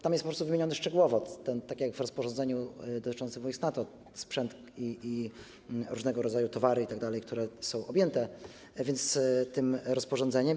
Tam są wymienione szczegółowo, tak jak w rozporządzeniu dotyczącym wojsk NATO, sprzęt i różnego rodzaju towary itd., które są i będą objęte tym rozporządzeniem.